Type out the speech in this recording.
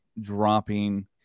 dropping